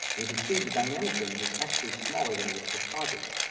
and you can see the dynamic range is actually smaller than it is for posits,